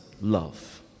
love